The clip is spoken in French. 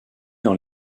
dans